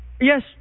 Yes